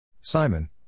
Simon